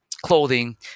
clothing